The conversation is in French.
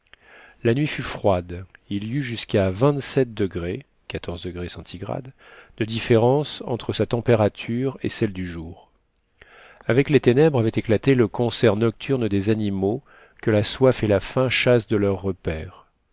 la nuit fut froide il y eut jusqu'à degrés de différence entre sa température et celle du jour avec les ténèbres avait éclaté le concert nocturne les animaux que la soif et la faim chassent de leurs repaires